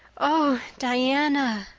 oh, diana,